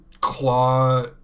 Claw